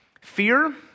Fear